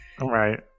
right